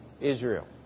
Israel